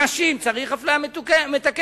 נשים, צריך אפליה מתקנת?